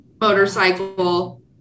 Motorcycle